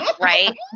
Right